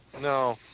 no